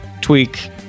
Tweak